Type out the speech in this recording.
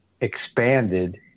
expanded